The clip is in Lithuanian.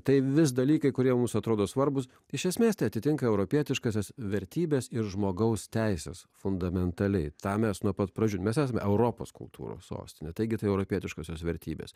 tai vis dalykai kurie mums atrodo svarbūs iš esmės tai atitinka europietiškąsias vertybes ir žmogaus teises fundamentaliai tą mes nuo pat pradžių mes esame europos kultūros sostine taigi tai europietiškosios vertybės